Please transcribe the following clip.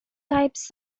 types